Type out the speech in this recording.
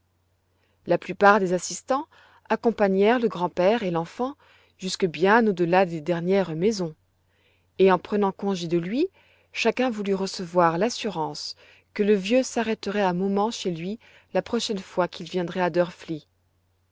la plupart des assistants accompagnèrent le grand-père et l'enfant jusque bien au-delà des dernières maisons et en prenant congé de lui chacun voulut recevoir l'assurance que le vieux s'arrêterait un moment chez lui la prochaine fois qu'il viendrait à